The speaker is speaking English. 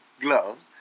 gloves